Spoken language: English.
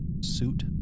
suit